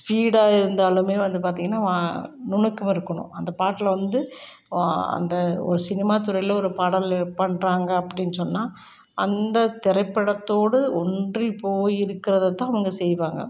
ஸ்பீடாக இருந்தாலுமே வந்து பார்த்திங்கன்னா வா நுணுக்கம் இருக்கணும் அந்த பாட்டில் வந்து அந்த ஒரு சினிமா துறையில் வர்ற பாடல் பண்ணுறாங்க அப்படினு சொன்னால் அந்த திரைப்படத்தோட ஒன்றிப்போய் இருக்கிறதத்தான் அவங்க செய்வாங்கள்